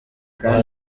aha